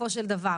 בסופו של דבר.